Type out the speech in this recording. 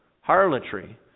Harlotry